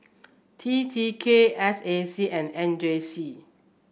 T T K S A C and M J C